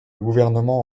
gouvernement